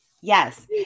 Yes